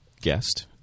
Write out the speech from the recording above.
guest